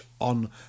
on